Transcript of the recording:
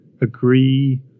agree